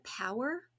power